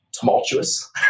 tumultuous